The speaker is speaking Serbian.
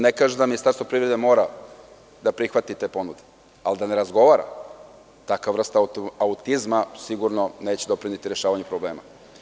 Ne kažem da Ministarstvo privrede mora da prihvati te ponude, ali da ne razgovara, takva vrsta autizma sigurno neće doprineti rešavanju problema.